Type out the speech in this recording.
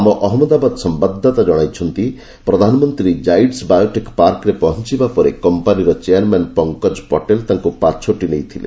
ଆମ ଅହଞ୍ଚଳଦାବାଦ ସମ୍ବାଦାଦତା ଜଣାଇଛନ୍ତି ପ୍ରଧାନମନ୍ତ୍ରୀ ଜାଇଡସ୍ ବାୟୋଟେକ୍ ପାର୍କରେ ପହଞ୍ଚବା ପରେ କମ୍ପାନୀର ଚେୟାରମ୍ୟାନ୍ ପଙ୍କଜ ପଟେଲ୍ ତାଙ୍କୁ ପାଛୋଟି ନେଇଥିଲେ